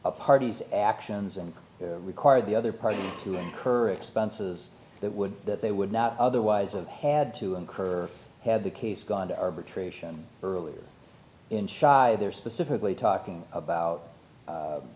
the parties actions and require the other party to incur expenses that would that they would not otherwise have had to incur had the case gone to arbitration earlier in shock they're specifically talking about